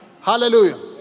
Hallelujah